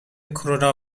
کرونا